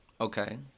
Okay